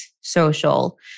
social